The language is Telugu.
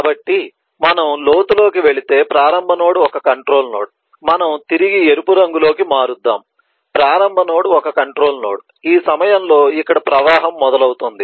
కాబట్టి మనము లోతులోకి వెళితే ప్రారంభ నోడ్ ఒక కంట్రోల్ నోడ్ మనము తిరిగి ఎరుపు రంగులోకి మారుద్దాం ప్రారంభ నోడ్ ఒక కంట్రోల్ నోడ్ ఈ సమయంలో ఇక్కడ ప్రవాహం మొదలవుతుంది